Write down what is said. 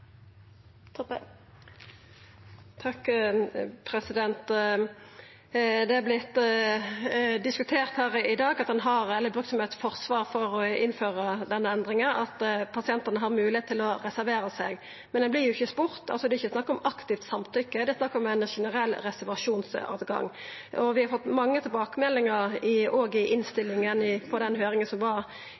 Det har vorte diskutert her i dag at ein har brukt som eit forsvar for å innføra denne endringa, at pasientane har mogelegheit for å reservera seg, men dei vert ikkje spurde. Det er ikkje snakk om aktivt samtykke, det er snakk om ei generell reservasjonsmoglegheit. Vi har fått mange tilbakemeldingar, òg i innstillinga på den høyringa som var